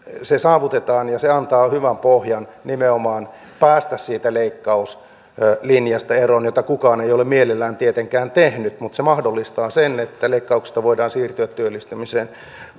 se saavutetaan ja se antaa hyvän pohjan nimenomaan päästä siitä leikkauslinjasta eroon jota kukaan ei ole mielellään tietenkään tehnyt se mahdollistaa sen että leikkauksista voidaan siirtyä työllistämisen